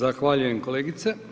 Zahvaljujem kolegice.